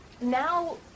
now